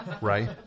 Right